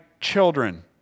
children